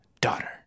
daughter